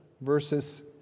verses